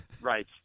Right